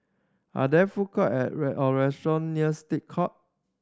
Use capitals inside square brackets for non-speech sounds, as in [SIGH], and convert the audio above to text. are there food court and [UNINTELLIGIBLE] or restaurant near State Court